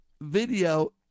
video